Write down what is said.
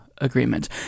agreement